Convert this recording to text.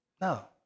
no